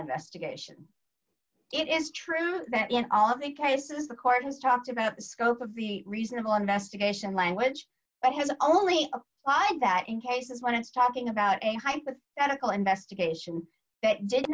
investigation it is true that in all of the cases the court has talked about the scope of the reasonable investigation language but has only that in cases when it's talking about a hypothetical investigation that did